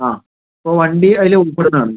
ആ അപ്പോൾ വണ്ടി അതില് ഉൾപ്പെടുന്നതാണ്